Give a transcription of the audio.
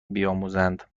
بیاموزند